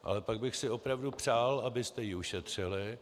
Ale pak bych si opravdu přál, abyste je ušetřili.